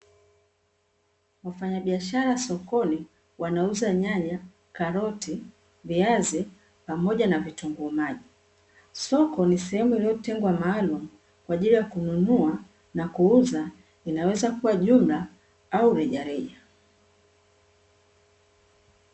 Wafanyabiashara sokoni wanauza nyanya, vitunguu maji, viazi pamoja na karoti. Soko ni sehemu iliyotengwa maalumu kwa ajili ya kununua na kuuza. Inaweza kua jumla au reja reja.